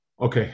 Okay